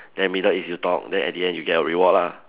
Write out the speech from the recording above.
then middle is you top then at the end you get your reward lah